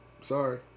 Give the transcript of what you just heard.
Sorry